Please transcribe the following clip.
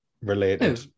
related